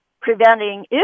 preventing